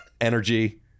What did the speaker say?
energy